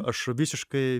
aš visiškai